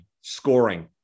scoring